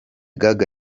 gaga